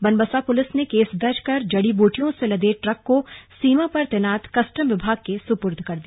Banbasa police ने case दर्ज कर जड़ी बूटियों से लदे ट्रक को सीमा पर तैनात कस्टम विभाग के सुपुर्द कर दिया